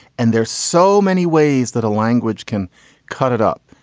and there's so many ways that a language can cut it up.